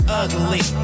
ugly